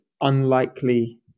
unlikely